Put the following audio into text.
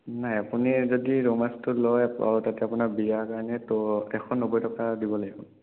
নাই আপুনি যদি ৰৌ মাছটো লয় অঁ তেতিয়া আপোনাৰ বিয়াৰ কাৰণে তো এশ নব্বৈ টকা দিব লাগিব